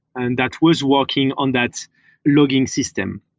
and that was working on that logging system.